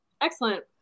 excellent